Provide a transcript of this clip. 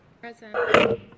Present